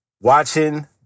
watching